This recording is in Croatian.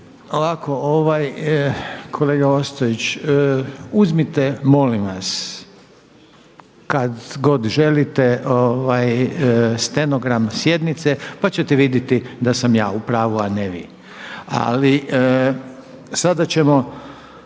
ovaj kolega Ostojić, uzmite molim vas kad god želite stenogram sjednice pa ćete vidjeti da sam ja u pravu, a ne vi. Ali sada ćemo